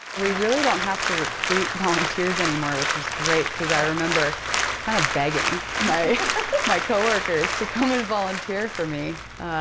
we really don't have to recruit volunteers anymore, which is great, because i remember kind of begging my my co-workers to come and volunteer for me,